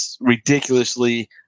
ridiculously